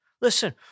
Listen